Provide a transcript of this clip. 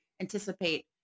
anticipate